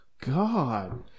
god